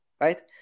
right